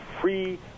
free